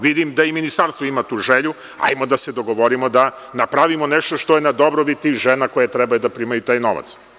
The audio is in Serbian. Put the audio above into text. Vidim da i Ministarstvo ima tu želju, hajmo da se dogovorimo da napravimo nešto što je na dobrobit tih žena koje trebaju da primaju taj novac.